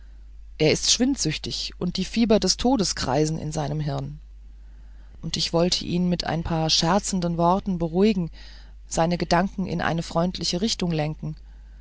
er ist schwindsüchtig und die fieber des todes kreisen in seinem hirn und ich wollte ihn mit ein paar scherzenden worten beruhigen seine gedanken in eine freundliche richtung lenken